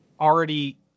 already